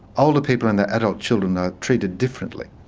older people and their adult children are treated differently.